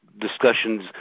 Discussions